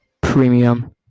premium